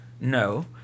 no